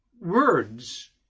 words